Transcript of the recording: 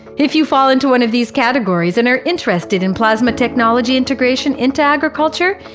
if you fall into one of these categories, and are interested in plasma technology integration into agriculture,